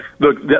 Look